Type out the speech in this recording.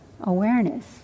awareness